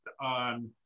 on